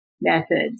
methods